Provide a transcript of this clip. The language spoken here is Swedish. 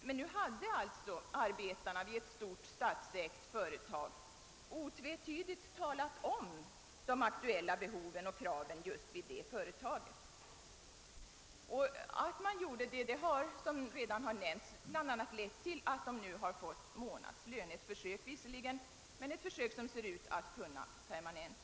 Men här talade ju arbetarna vid ett stort statsägt företag i klara ordalag om de aktuella behoven och kraven vid det företaget. Som jag redan nämnt ledde detta till att arbetarna nu har fått månadslön. Visserligen är det tills vidare på försök, men försöket ser ut att kunna permanentas.